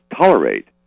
Tolerate